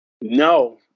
No